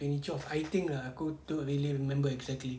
twenty twelve I think ah aku don't really remember exactly